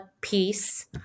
peace